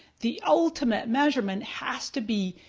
the ultimate measurement has to be,